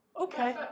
okay